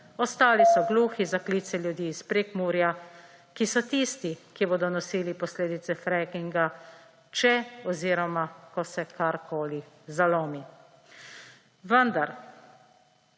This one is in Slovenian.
ostali so gluhi za klice ljudi iz Prekmurja, ki so tisti, ki bodo nosili posledice frackinga, če oziroma ko se karkoli zalomi. Vendar